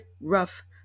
rough